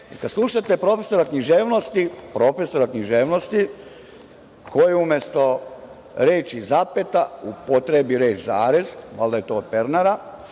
kad slušate profesora književnosti koji umesto reči zapeta upotrebi reč zarez, valjda je to od Pernara